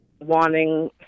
wanting